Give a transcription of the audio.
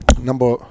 number